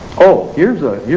oh here's a